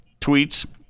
tweets